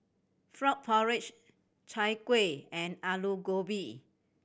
frog porridge Chai Kuih and Aloo Gobi